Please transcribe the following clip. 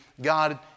God